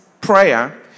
prayer